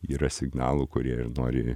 yra signalų kurie ir nori